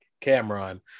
Cameron